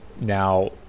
Now